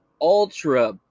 ultra-